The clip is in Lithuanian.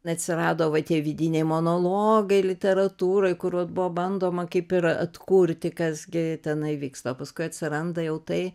atsirado va tie vidiniai monologai literatūroj kur vat buvo bandoma kaip ir atkurti kas gi tenai vyksta o paskui atsiranda jau tai